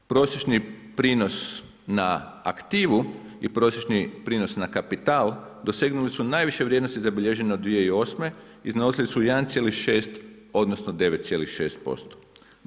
Prosječni prinos na aktivu i prosječni prinos na kapital dosegnuli su najviše vrijednosti zabilježene od 2008. iznosili su 1,6, odnosno 9,6%